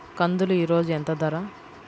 కందులు ఈరోజు ఎంత ధర?